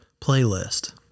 playlist